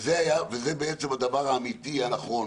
וזה בעצם הדבר האמיתי, הנכון,